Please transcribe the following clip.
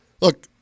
Look